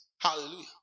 Hallelujah